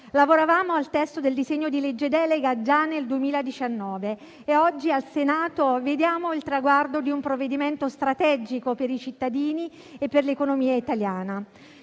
Lavoravamo al testo del disegno di legge già nel 2019 e oggi al Senato vediamo il traguardo di un provvedimento strategico per i cittadini e per l'economia italiana.